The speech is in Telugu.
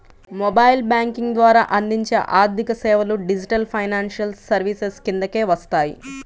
మొబైల్ బ్యేంకింగ్ ద్వారా అందించే ఆర్థికసేవలు డిజిటల్ ఫైనాన్షియల్ సర్వీసెస్ కిందకే వస్తాయి